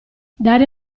dare